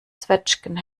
zwetschgen